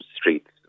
streets